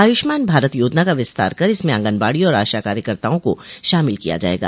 आयुष्मान भारत योजना का विस्तार कर इसमें आंगनबाड़ी और आशा कार्यकर्ताओं को शामिल किया जाएगा